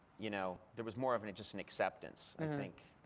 you know there was more of and just an acceptance, i think.